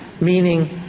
Meaning